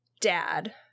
dad